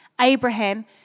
Abraham